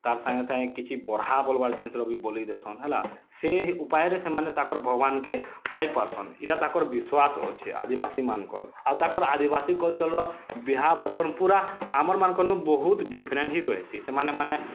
ତା'ର୍ ସାଙ୍ଗେ ସାଙ୍ଗେ କିଛି ବରହା ବଲବାର୍ ଜିନିଷ୍ର ବଲି ଦେସନ୍ ହେଲା ସେ ଉପାୟରେ ସେମାନେ ତାକର୍ ଭଗବାନ୍ କେ ପାଇ ପାରସନ୍ ଏଟା ତାକର୍ ବିଶ୍ୱାସ୍ ଅଛେ ଆଦିବାସୀମାନକର୍ ଆଉ ତାକର୍ ଆଦିବାସୀ କଲଚର୍ର ବିହା ବରପନ୍ ପୁରା ଆମର୍ ମାନକର୍ ନୁ ବହୁତ୍ ଡ଼ିଫେରଣ୍ଟ୍ ହିଁ ରହେସି ସେମାନେ ମାନେ